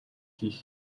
хийх